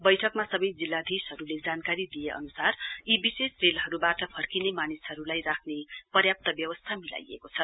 बैठकमा सबै जिल्लाधीशहरूले जानकारी दिए अन्सार यी विशेष रेलहरूबाट फर्किने मानिसहरूलाई राख्ने पर्याप्त व्यवस्था मिलाइएको छ